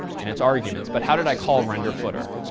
in its arguments. but how did i call renderfooter?